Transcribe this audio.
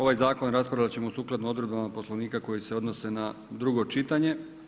Ovaj zakon raspravljat ćemo sukladno odredbama Poslovnika koji se odnose na drugo čitanje.